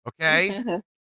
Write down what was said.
Okay